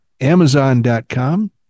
Amazon.com